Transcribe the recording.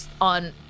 on